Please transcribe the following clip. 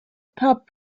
pub